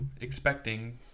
expecting